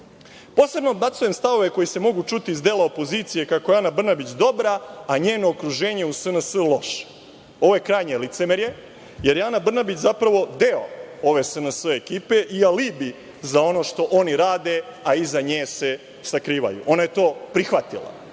odbacujem stavove koji se mogu čuti iz dela opozicije kako je Ana Brnabić dobra, a njeno okruženje u SNS loše. Ovo je krajnje licemerje jer je Ana Brnabić zapravo deo ove SNS ekipe i alibi za ono što oni rade, a iza nje se sakrivaju. Ona je to prihvatila.